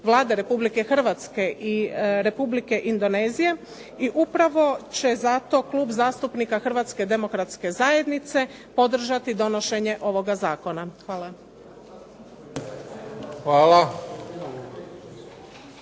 Vlade Republike Hrvatske i Republike Indonezije. I upravo će zato Klub zastupnika Hrvatske demokratske zajednice podržati donošenje ovakvoga zakona. Hvala.